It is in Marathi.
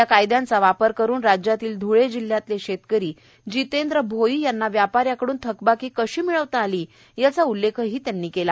या कायदयाचा वापर करून राज्यातल्या धुळे जिल्ह्यातले शेतकरी जितेंद्र भोई यांना व्यापाऱ्याकडून थकबाकी कशी मिळवता आली याचा उल्लेखही मोदी यांनी केला